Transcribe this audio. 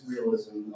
realism